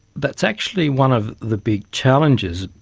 that's actually one of the big challenges,